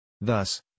Thus